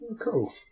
Cool